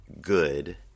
good